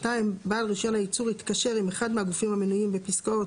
בעל רישיון הייצור התקשר עם אחד מהגופים המנויים בפסקות